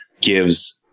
gives